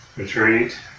Retreat